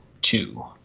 two